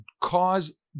cause